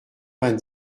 vingt